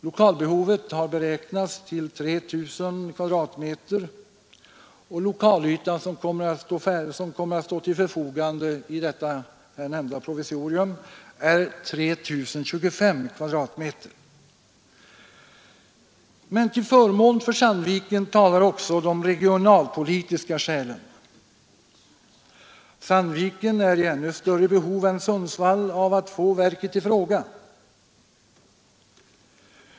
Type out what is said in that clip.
Lokalbehovet har beräknats till 3 000 kvadratmeter, och den lokalyta som kommer att stå till förfogande i det nämnda provisoriet är 3 025 kvadratmeter. Till förmån för Sandviken talar också de regionalpolitiska skälen. Sandviken är i ännu större behov än Sundsvall av att få verket i fråga.